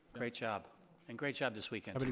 great job and great job this weekend, but